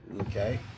Okay